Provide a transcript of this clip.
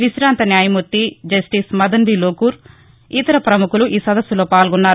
వికాంత న్వాయమూర్తి జస్టిస్ మదన్బి లోకూర్ ఇతర ప్రముఖులు ఈ సదస్సులో పాల్గొన్నారు